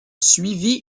suivi